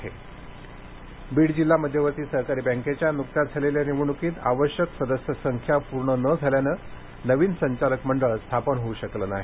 जिल्हा बँक बीड बीड जिल्हा मध्यवर्ती सहकारी बँकेच्या नुकत्याच झालेल्या निवडणुकीत आवश्यक सदस्यसंख्या पूर्ण न झाल्यामुळे नवीन संचालक मंडळ स्थापन होऊ शकले नाही